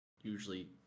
usually